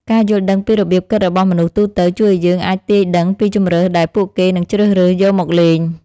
ការយល់ដឹងពីរបៀបគិតរបស់មនុស្សទូទៅជួយឱ្យយើងអាចទាយដឹងពីជម្រើសដែលពួកគេនឹងជ្រើសរើសយកមកលេង។